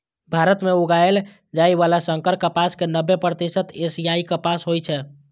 भारत मे उगाएल जाइ बला संकर कपास के नब्बे प्रतिशत एशियाई कपास होइ छै